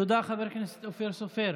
תודה, חבר הכנסת אופיר סופר.